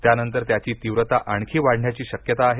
त्यानंतर त्याची तीव्रता आणखी वाढण्याची शक्यता आहे